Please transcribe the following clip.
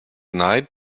night